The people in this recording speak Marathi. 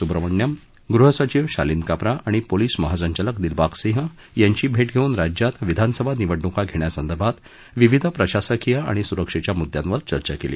सुब्रह्मण्यम गृह सचिव शालीन काबरा आणि पोलीस महासंचालक दिलबाग सिंह यांची भे धेऊन राज्यात विधानसभा निवडणुका घेण्यासंदर्भात विविध प्रशासकीय आणि सुरक्षेच्या मुद्द्यावर चर्चा केली